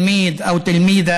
לא נוכל להחזיר לך את אדם,